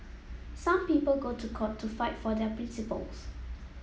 some people go to court to fight for their principles